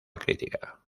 crítica